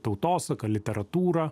tautosaką literatūrą